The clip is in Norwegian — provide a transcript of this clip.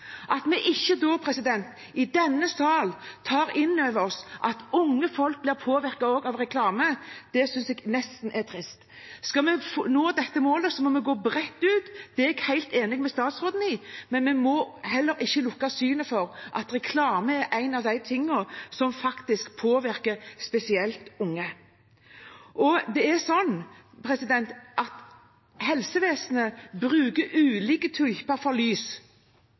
At vi i denne sal ikke da tar inn over oss at unge folk blir påvirket også av reklame, synes jeg nesten er trist. Skal vi nå dette målet, må vi gå bredt ut. Det er jeg helt enig med statsråden i. Men vi må heller ikke lukke øynene for at reklame faktisk er en av tingene som spesielt påvirker unge. Helsevesenet bruker ulike typer lys til ulike typer hudsykdommer. Solarium er